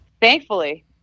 thankfully